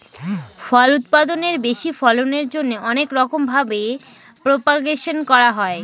ফল উৎপাদনের বেশি ফলনের জন্যে অনেক রকম ভাবে প্রপাগাশন করা হয়